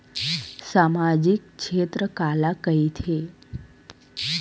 सामजिक क्षेत्र काला कइथे?